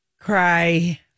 cry